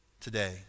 today